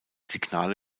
signale